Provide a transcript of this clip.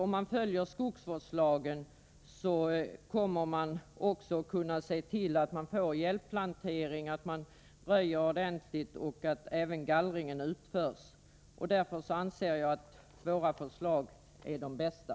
Om man följer skogsvårdslagen kommer man också att kunna se till att man får hjälpplantering och ordentlig röjning och även att gallring utförs. Därför anser jag att våra förslag är de bästa.